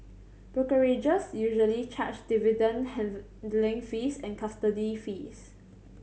brokerages usually charge dividend handling fees and custody fees